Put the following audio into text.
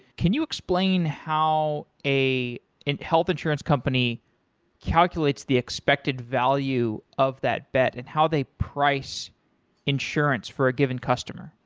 can you explain how a and health insurance company calculates the expected value of that bet and how they price insurance for a given customer?